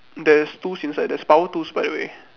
there's tools inside there's power tools by the way